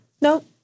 No